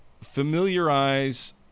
familiarize